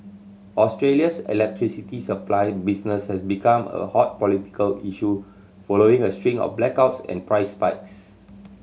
Australia's electricity supply business has become a hot political issue following a string of blackouts and price spikes